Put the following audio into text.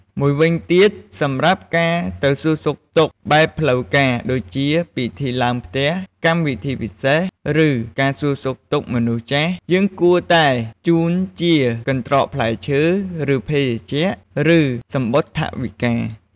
មួយវិញទៀត សម្រាប់ការទៅសួរសុខទុក្ខបែបផ្លូវការ ដូចជា ពិធីឡើងផ្ទះ កម្មវិធីពិសេស ឬ ការសួរសុខទុក្ខមនុស្សចាស់ យើងគួរតែ ជូនជាកន្ត្រកផ្លែឈើ ឬ ភេសជ្ជៈ ឬ សំបុត្រថវិកា។